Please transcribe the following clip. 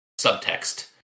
subtext